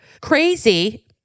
Crazy